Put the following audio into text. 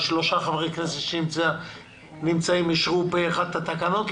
שלושה חברי כנסת שנמצאים אישרו פה אחד התקנות.